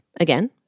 Again